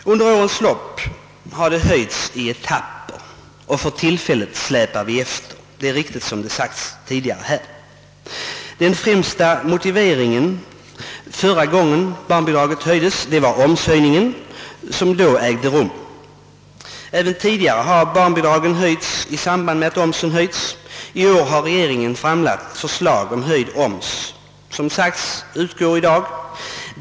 Under årens lopp har barnbidraget höjts i etapper, men för tillfället släpar det efter. Den främsta motiveringen förra gången barnbidraget höjdes var den omshöjning som då skedde. även tidigare har barnbidraget höjts i samband med att omsen höjts. I år har regeringen framlagt förslag om höjd oms att utgå från och med i dag.